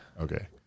Okay